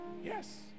Yes